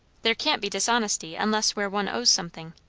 there can't be dishonesty unless where one owes something.